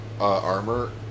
Armor